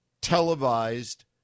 televised